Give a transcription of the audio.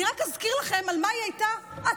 אני רק אזכיר לכם על מה היא הייתה עצורה,